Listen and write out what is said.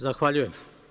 Zahvaljujem.